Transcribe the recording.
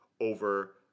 over